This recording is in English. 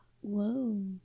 Whoa